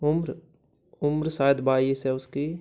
उम्र उम्र शायद बाईस है उसकी